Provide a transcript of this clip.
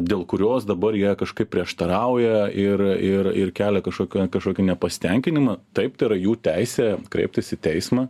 dėl kurios dabar jie kažkaip prieštarauja ir ir ir kelia kažkokią kažkokį nepasitenkinimą taip tai yra jų teisė kreiptis į teismą